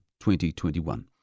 2021